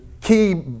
key